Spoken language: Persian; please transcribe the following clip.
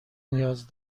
نیاز